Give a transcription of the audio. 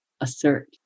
assert